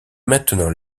maintenant